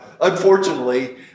Unfortunately